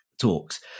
talks